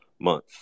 month